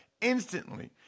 instantly